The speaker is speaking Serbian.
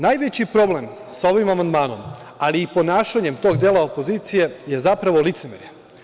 Najveći problem sa ovim amandmanom ali i ponašanjem tog dela opozicije je zapravo licemerje.